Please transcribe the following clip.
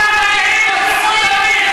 אתם מביאים,